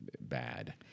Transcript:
bad